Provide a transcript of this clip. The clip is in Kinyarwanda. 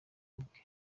ubwe